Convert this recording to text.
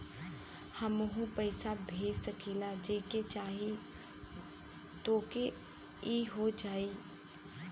हमहू पैसा भेज सकीला जेके चाही तोके ई हो जाई?